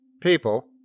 PEOPLE